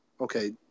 Okay